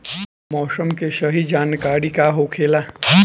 मौसम के सही जानकारी का होखेला?